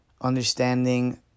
understanding